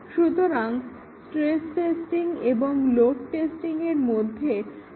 সুতরাং stress testing এবং load টেস্টিংয়ের মধ্যে স্পষ্টতই পার্থক্য রয়েছে